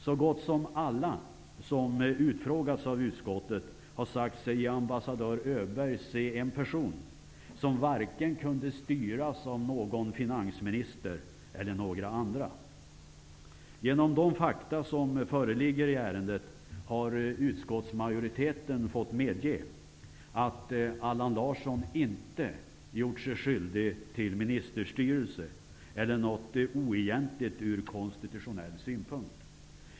Så gott som alla som har utfrågats av utskottet har sagt sig i ambassadör Öberg se en person som varken kunde styras av någon finansminister eller några andra. Genom de fakta som föreligger i ärendet har utskottsmajoriteten fått medge att Allan Larsson inte har gjort sig skyldig till ministerstyre eller något oegentligt ur konstitutionell synpunkt.